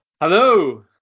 Hello